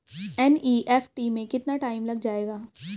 NEFT में कितना time लग जाएगा?